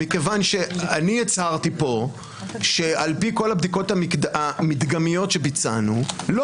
מכיוון שאני הצהרתי פה שעל פי כל הבדיקות המדגמיות שביצענו לא